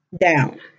down